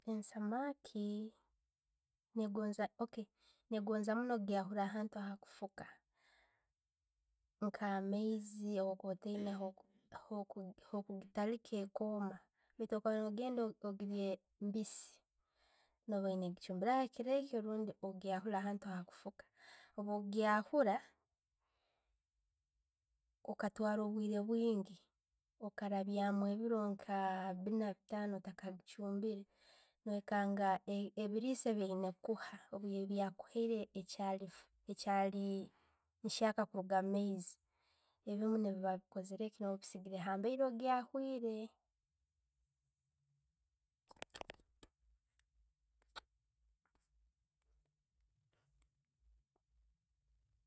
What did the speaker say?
Ensomaaki nengooza, okay nengoonza munno kugyahura ahantu akuffuka nka amaiizi bwo kuba otayina hoku hoku hoku kugitaliika ekooma, baitu bworoba no'yenda kulya eli mbiisi, no ebe okichumbireho ekirekyo orbundi okugyahuura ahantu ali kufuuka. Bwogahuura okamara obwire bwingi, okaraibyamu ebiro nka biina, bitaano, otta gichumbire, no' wekanga ebiiriisa bye yiina okuha, ebyakuhaiire bichaali biyaka biyoona nooba ogusigire nambire obyawiire.